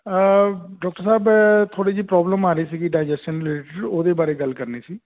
doctor ਸਾਹਿਬ ਥੋੜ੍ਹੀ ਜਿਹੀ ਪ੍ਰੋਬਲਮ ਆ ਰਹੀ ਸੀਗੀ ਡਾਈਜਸ਼ਨ ਰਿਲੇਟਿਡ ਉਹਦੇ ਬਾਰੇ ਗੱਲ ਕਰਨੀ ਸੀ